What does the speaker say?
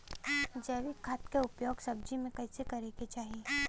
जैविक खाद क उपयोग सब्जी में कैसे करे के चाही?